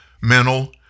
mental